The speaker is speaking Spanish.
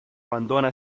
abandona